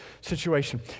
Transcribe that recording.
situation